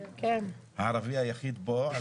הערבי היחיד פה,